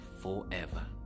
forever